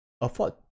afford